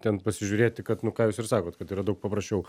ten pasižiūrėti kad nu ką jūs ir sakot kad yra daug paprasčiau